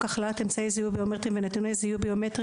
הכללת אמצעי זיהוי ביומטריים ונתוני זיהוי ביומטריים